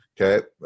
Okay